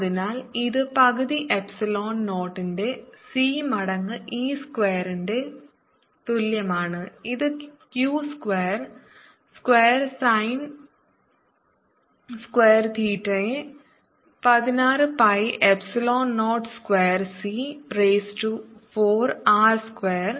അതിനാൽ ഇത് പകുതി എപ്സിലോൺ 0 ന്റെ c മടങ്ങ് E സ്ക്വയറിന്റെ തുല്യമാണ് ഇത് q square square sine square തീറ്റയെ 16 pi epsilon 0 square c raise to 4 R square